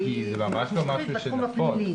היא מומחית בתחום הפלילי.